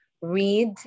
read